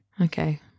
Okay